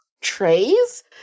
trays